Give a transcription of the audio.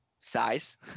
size